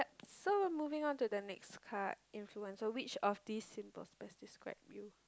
so moving on to the next card influential which of this symbols best describe you